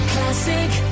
Classic